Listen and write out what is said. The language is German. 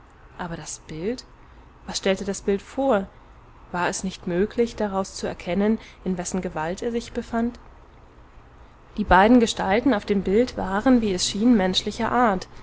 aber das bild was stellte das bild vor war es nicht möglich daraus zu erkennen in wessen gewalt er sich befand die beiden gestalten auf dem bild waren wie es schien menschlicher art